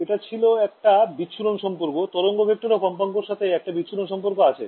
এটা ছিল একটা বিচ্ছুরণ সম্পর্ক তরঙ্গ ভেক্টর ও কম্পাঙ্ক এর সাথে একটা বিচ্ছুরণ সম্পর্ক আছে